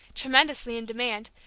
tremendously in demand,